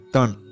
Done